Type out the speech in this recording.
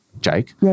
jake